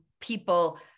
people